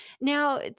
Now